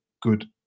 good